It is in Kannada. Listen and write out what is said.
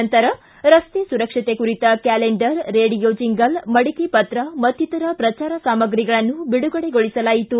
ನಂತರ ರಸ್ತೆ ಸುರಕ್ಷತೆ ಕುರಿತ ಕ್ಯಾಲೆಂಡರ್ ರೇಡಿಯೋ ಜೆಂಗಲ್ ಮಡಿಕೆಪತ್ರ ಮತ್ತಿತರ ಪ್ರಚಾರ ಸಾಮಗ್ರಿಗಳನ್ನು ಬಿಡುಗಡೆಗೊಳಿಸಲಾಯಿತು